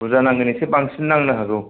बुरजा नांगोन एसे बांसिन नांनो हागौ